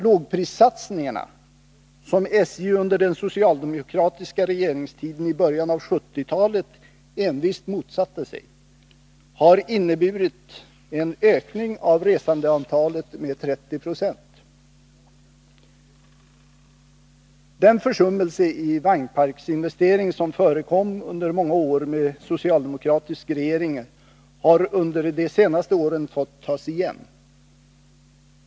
Lågprissatsningarna — som SJ under den socialdemokratiska regeringstiden i början av 1970-talet envist motsatte sig — har inneburit en ökning av resandetalet med 30 26. Den försummelse i vagnparksinvestering som förekom under många år med socialdemokratisk regering har under de senaste åren fått tas igen.